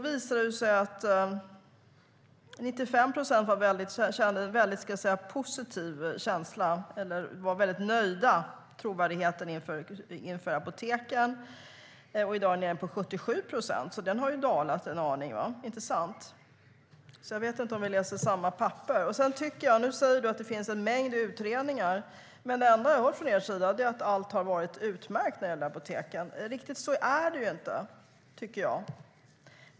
Förut var 95 procent nöjda med apoteken; i dag är det nere på 77 procent. Det har alltså dalat en aning, inte sant? Jag vet inte om vi läser samma papper. Anders W Jonsson säger att det finns en mängd utredningar, men det enda jag hör från er sida är att allt har varit utmärkt vad gäller apoteken. Riktigt så är det inte.